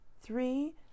three